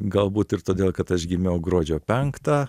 galbūt ir todėl kad aš gimiau gruodžio penktą